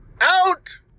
Out